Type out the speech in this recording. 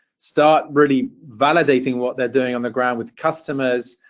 start really validating what they're doing on the ground with customers,